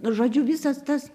nu žodžiu visas tas